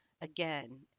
again